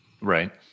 Right